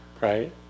right